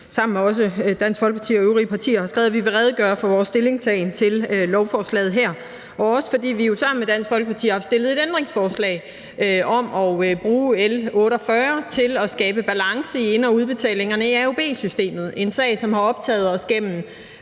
sammen med Dansk Folkeparti og øvrige partier har skrevet, at vi vil redegøre for vores stillingtagen til lovforslaget her, og fordi vi sammen med Dansk Folkeparti har stillet et ændringsforslag om at bruge L 48 til at skabe balance i ind- og udbetalingerne i AUB-systemet, en sag, som – kan vi sige